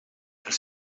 els